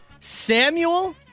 Samuel